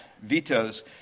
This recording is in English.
vetoes